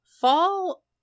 fall